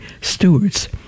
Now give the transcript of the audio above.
stewards